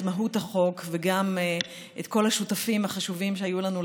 מהות החוק וגם את כל השותפים לדרך החשובים שהיו לנו.